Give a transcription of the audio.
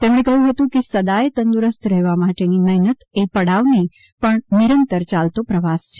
તેમણે કહ્યું હતું કે સદાય તંદુરસ્ત રહેવા માટેની મહેનત એ પડાવ નહીં પણ નિરંતર ચાલતો પ્રવાસ છે